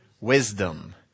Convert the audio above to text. Wisdom